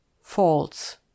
false